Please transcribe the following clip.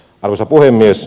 arvoisa puhemies